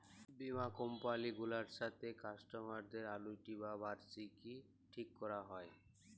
বীমা কমপালি গুলার সাথে কাস্টমারদের আলুইটি বা বার্ষিকী ঠিক ক্যরা হ্যয়